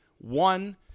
one